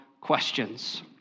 questions